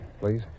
please